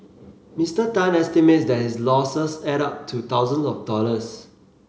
Mister Tan estimates that his losses add up to thousand of dollars